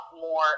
more